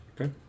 Okay